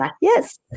Yes